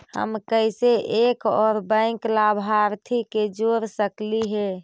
हम कैसे एक और बैंक लाभार्थी के जोड़ सकली हे?